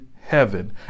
heaven